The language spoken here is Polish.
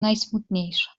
najsmutniejsza